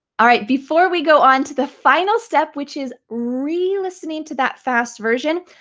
alright, before we go on to the final step which is re-listening to that fast version,